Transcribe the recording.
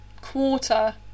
quarter